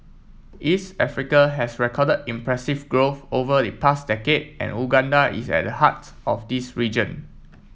East Africa has recorded impressive growth over the past decade and Uganda is at the heart of this region